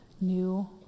new